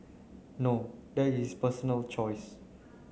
no that is personal choice